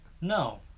No